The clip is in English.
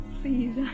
please